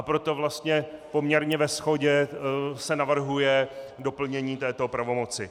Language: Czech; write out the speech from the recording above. Proto vlastně poměrně ve shodě se navrhuje doplnění této pravomoci.